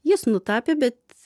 jis nutapė bet